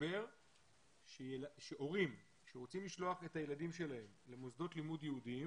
משבר שהורים שרוצים לשלוח את הילדים שלהם למוסדות לימוד יהודיים